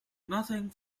nothing